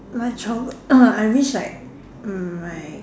my childhood ah I wish like my